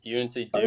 UNC-Duke